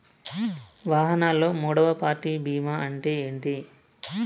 వాహనాల్లో మూడవ పార్టీ బీమా అంటే ఏంటి?